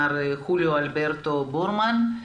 מר חוליו אלברטו בורמן,